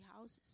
houses